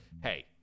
hey